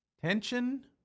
Tension